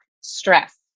stress